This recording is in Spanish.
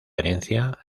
herencia